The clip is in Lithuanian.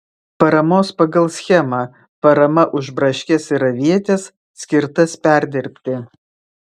paramos pagal schemą parama už braškes ir avietes skirtas perdirbti